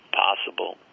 possible